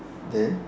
then